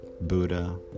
Buddha